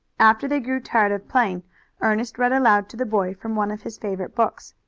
after they grew tired of playing ernest read aloud to the boy from one of his favorite books.